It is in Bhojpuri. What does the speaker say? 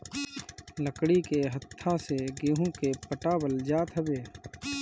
लकड़ी के हत्था से गेंहू के पटावल जात हवे